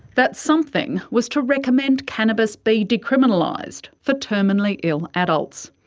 that something was to recommend cannabis be decriminalised for terminally ill adults,